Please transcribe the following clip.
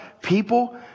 people